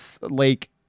lake